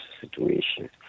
situation